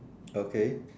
okay